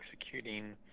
executing